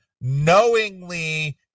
knowingly